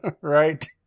Right